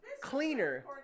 cleaner